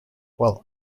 well